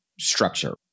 Structure